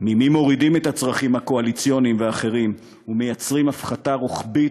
ממי מורידים את הצרכים הקואליציוניים והאחרים ומייצרים הפחתה רוחבית,